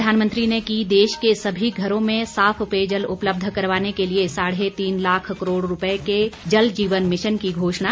प्रधानमंत्री ने की देश के सभी घरों में साफ पेयजल उपलब्ध करवाने के लिए साढ़े तीन लाख करोड़ रूपए के जल जीवन मिशन की घोषणा